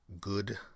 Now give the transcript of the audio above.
good